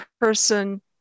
person